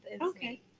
Okay